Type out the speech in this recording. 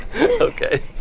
Okay